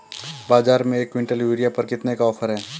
बाज़ार में एक किवंटल यूरिया पर कितने का ऑफ़र है?